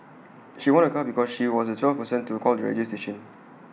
she won A car because she was the twelfth person to call the radio station